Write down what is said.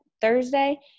Thursday